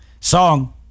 Song